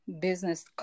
business